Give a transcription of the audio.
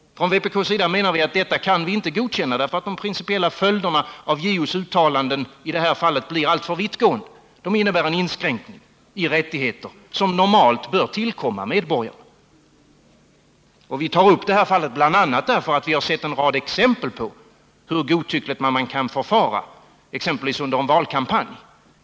Från vpk:s sida menar vi att man inte kan godkänna det, eftersom de principiella följderna av JO:s uttalande i detta fall blir alltför vittgående. Det innebär en inskränkning i rättigheter som normalt bör tillkomma medborgarna. Vi tar upp det här fallet bl.a. därför att vi har sett en rad exempel på hur godtyckligt man kan förfara, exempelvis under en valkampanj.